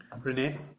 Renee